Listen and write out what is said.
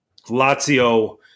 Lazio